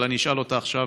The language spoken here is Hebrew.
אבל אני אשאל אותה עכשיו